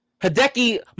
Hideki